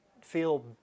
feel